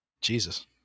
Jesus